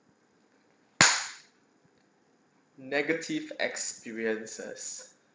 negative experiences